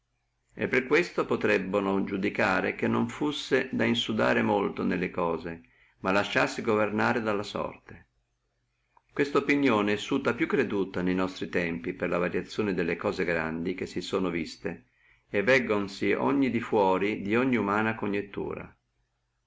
e per questo potrebbono iudicare che non fussi da insudare molto nelle cose ma lasciarsi governare alla sorte questa opinione è suta più creduta ne nostri tempi per la variazione grande delle cose che si sono viste e veggonsi ogni dí fuora dogni umana coniettura